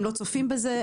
הם לא צופים בזה,